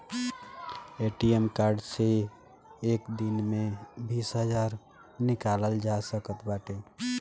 ATM card से एक दिन में बीस हजार निकालल जा सकत बाटे